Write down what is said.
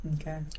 Okay